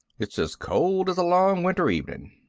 it's as cold as a long winter evening.